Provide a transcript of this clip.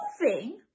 moving